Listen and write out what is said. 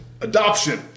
Adoption